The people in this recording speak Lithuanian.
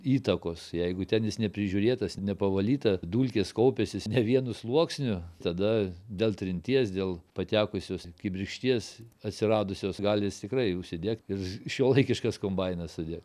įtakos jeigu ten jis neprižiūrėtas nepavalyta dulkės kaupiasi ne vienu sluoksniu tada dėl trinties dėl patekusios kibirkšties atsiradusios gali jis tikrai užsidegt ir šiuolaikiškas kombainas sudegt